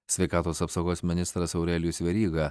sveikatos apsaugos ministras aurelijus veryga